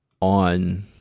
on